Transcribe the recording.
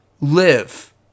live